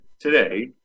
today